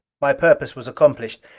my purpose was accomplished.